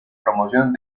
promoción